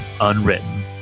unwritten